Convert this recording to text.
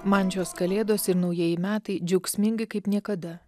man šios kalėdos ir naujieji metai džiaugsmingi kaip niekada